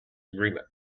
agreement